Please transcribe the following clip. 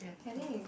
I think we